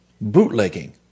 Bootlegging